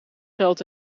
geld